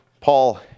Paul